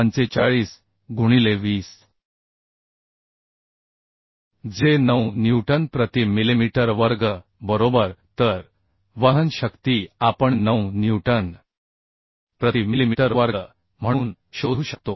45 गुणिले 20 जे 9 न्यूटन प्रति मिलिमीटर वर्ग बरोबर तर वहन शक्ती आपण 9 न्यूटन प्रति मिलिमीटर वर्ग म्हणून शोधू शकतो